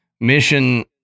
Mission